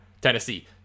Tennessee